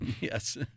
Yes